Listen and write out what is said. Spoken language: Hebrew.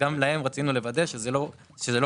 אז גם בהם רצינו לוודא שזה לא פוגע.